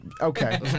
Okay